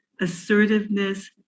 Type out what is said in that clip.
assertiveness